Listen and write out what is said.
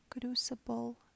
crucible